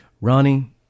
Ronnie